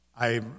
I